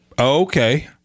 Okay